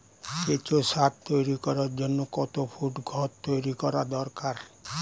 কেঁচো সার তৈরি করার জন্য কত ফুট ঘর তৈরি করা দরকার?